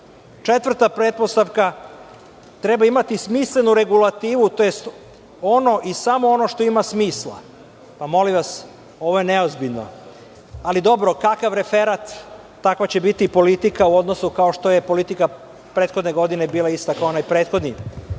Četvrta pretpostavka treba imati smislenu regulativu, tj. ono i samo ono što ima smisla. Molim vas, ovo je neozbiljno, ali dobro, kakav referat, takva će biti i politika u odnosu kao što je politika prethodne godine bila ista kao onaj prethodni